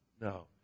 No